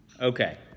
Okay